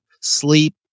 Sleep